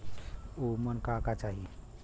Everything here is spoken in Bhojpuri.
उमन का का चाही?